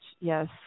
Yes